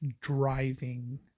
driving